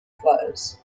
flows